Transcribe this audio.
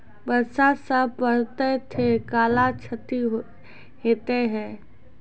बरसा जा पढ़ते थे कला क्षति हेतै है?